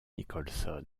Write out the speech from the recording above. nicholson